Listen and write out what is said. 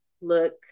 look